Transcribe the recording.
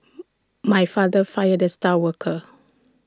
my father fired the star worker